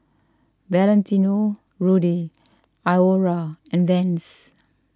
Valentino Rudy Iora and Vans